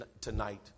tonight